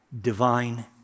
divine